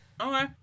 Okay